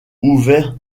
ouvert